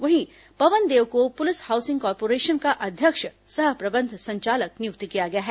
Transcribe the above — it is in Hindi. वहीं पवन देव को पुलिस हाउसिंग कार्पोरेशन का अध्यक्ष सह प्रबंध संचालक नियुक्त किया गया है